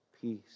peace